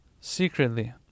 secretly